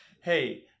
hey